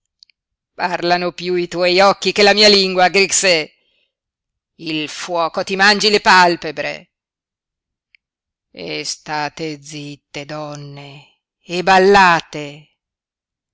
parlano piú i tuoi occhi che la mia lingua grixè il fuoco ti mangi le palpebre e state zitte donne e ballate